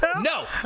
No